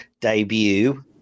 debut